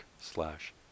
slash